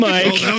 Mike